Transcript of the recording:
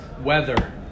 weather